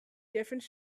different